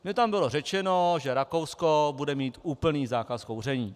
Protože tam bylo řečeno, že Rakousko bude mít úplný zákaz kouření.